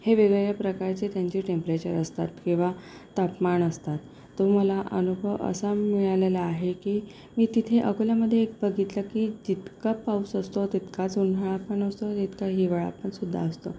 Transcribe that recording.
हे वेगवेगळ्या प्रकारचे त्यांचे टेम्परेचर असतात किंवा तापमान असतात तो मला अनुभव असा मिळालेला आहे की मी तिथे अकोल्यामध्ये एक बघितलं की तितका पाऊस असतो तितकाच उन्हाळा पण असतो तितकाच हिवाळा पण सुद्धा असतो